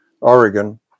Oregon